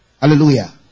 Hallelujah